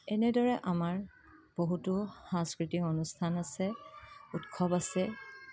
এনেদৰে আমাৰ বহুতো সাংস্কৃতিক অনুষ্ঠান আছে উৎসৱ আছে